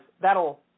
that'll